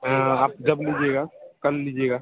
हाँ आप जब लीजिएगा कल लीजिएगा